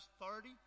authority